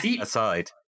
aside